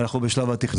אנחנו בשלב התכנון.